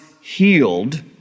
healed